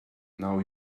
now